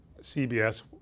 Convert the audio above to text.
CBS